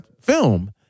film